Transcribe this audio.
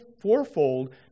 fourfold